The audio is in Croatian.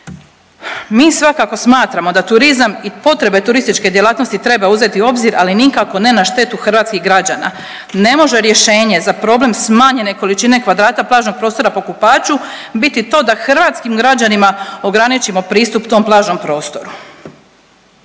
Mi svakako smatramo da turizam i potrebe turističke djelatnosti treba uzeti u obzir, ali nikako ne na štetu hrvatskih građana. Ne može rješenje za problem smanjene količine kvadrata plažnog prostora po kupaču biti to da hrvatskim građanima ograničimo pristup tom plažnom prostoru.